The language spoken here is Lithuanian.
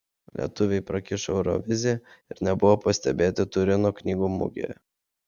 lietuviai prakišo euroviziją ir nebuvo pastebėti turino knygų mugėje